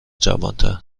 جوانتر